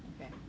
Okay